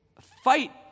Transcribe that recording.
Fight